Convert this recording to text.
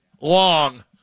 long